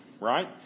right